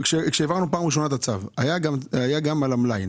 כשהעברנו פעם ראשונה את הצו היה מס על המלאי,